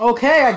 Okay